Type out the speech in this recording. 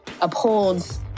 upholds